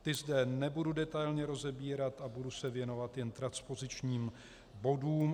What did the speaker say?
Ty zde nebudu detailně rozebírat a budu se věnovat jen transpozičním bodům.